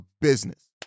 business